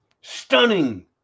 Stunning